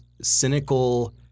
cynical